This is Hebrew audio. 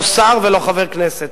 לא שר ולא חבר כנסת.